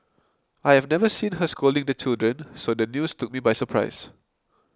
I have never seen her scolding the children so the news took me by surprise